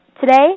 today